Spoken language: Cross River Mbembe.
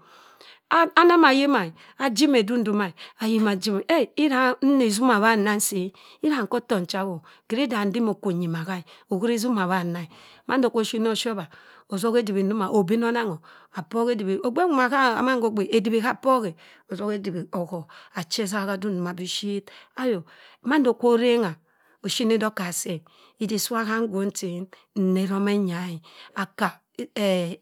. Anama ayima e, ajima edung ndoma e. Ayina a ajima bii eh, di iwura nna ezuma bhang nna sii ira nka otok ncha ho. hiri ida nsimi okwo nyima gha e. ohuri isurn abhang nna e. mando kwa oshini oshobha, ozoha edibhi ndoma obina onangho. Apoha edibhi ogbe nwoma gha amann khogbe, edibhi kha apok e. osoha edibhi ohọr achi esaha dung ndoma bishit. Ayo, mando kwo orengha oshini doka asii e. idik sii iwa ham ngwong chen nne jome nya e. Akka